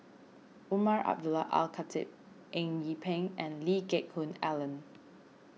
Umar Abdullah Al Khatib Eng Yee Peng and Lee Geck Hoon Ellen